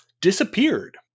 disappeared